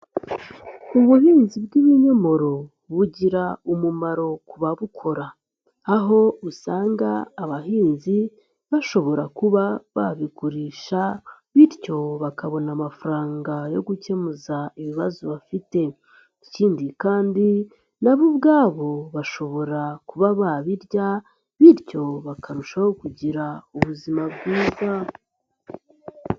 Ubuhinzi bw'ibinyomoro bugira umumaro ku babukora, aho usanga abahinzi bashobora kuba babigurisha bityo bakabona amafaranga yo gukemura ibibazo bafite, ikindi kandi nabo ubwabo bashobora kuba babirya bityo bakarushaho kugira ubuzima bwiza.